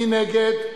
מי נגד?